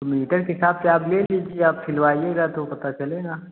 metre के हिसाब से आप ले लीजिए आप सिलवाईएगा तो पता चलेगा